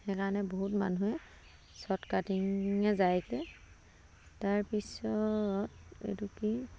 সেইকাৰণে বহুত মানুহে শ্বৰ্ট কাটিঙে যায়গে তাৰপিছত এইটো কি